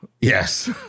Yes